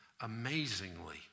Amazingly